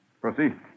Proceed